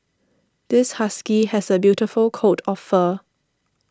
this husky has a beautiful coat of fur